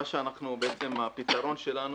הפתרון שלנו,